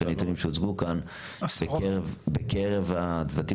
לפי הנתונים שהוצגו כאן בקרב הצוותים